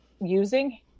using